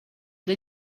did